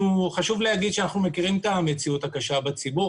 חשוב לומר שאנחנו מכירים את המציאות הקשה בציבור,